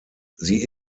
sie